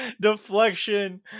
deflection